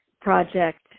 project